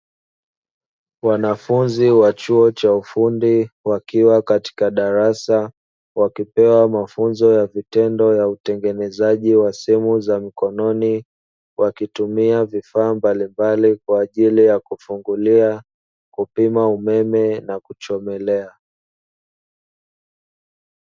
Wanafunzi wa chuo cha ufundi wakiwa katika darasa wakipewa mafunzo ya vitendo ya utengenezaji wa simu za mkononi wakitumia vifaa mbalimbali kwa ajili ya: kufungulia, kupima umeme, na kuchomelea.